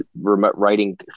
writing